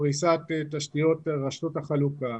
לפריסת תשתיות רשתות החלוקה